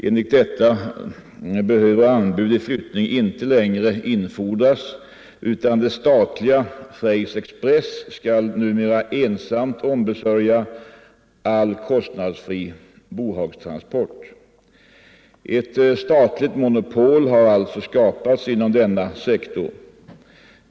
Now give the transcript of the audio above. Enligt detta behöver anbud vid flyttning inte längre infordras, utan det statliga Freys express skall numera ensamt ombesörja all kostnadsfri bohagstransport. Ett statligt monopol har alltså skapats inom denna sektor.